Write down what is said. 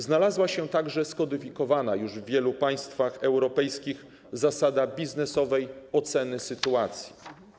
Znalazła się także skodyfikowana już w wielu państwach europejskich zasada biznesowej oceny sytuacji.